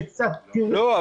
שקצת --- לא,